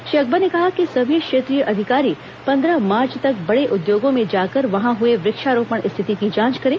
श्री अकबर ने कहा कि सभी क्षेत्रीय अधिकारी पन्द्रह मार्च तक बड़े उद्योगों में जाकर वहां हुए वृक्षारोपण स्थिति की जांच करें